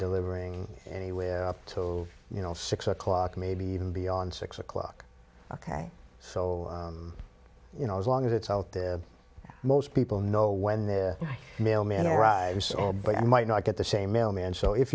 delivering anywhere so you know six o'clock maybe even beyond six o'clock ok so you know as long as it's out there most people know when the mailman arrives or but i might not get the same mailman so if